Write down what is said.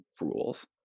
rules